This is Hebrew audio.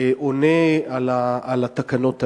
עונה על התקנות האלה.